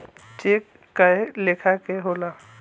check कए लेखा के होला